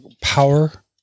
power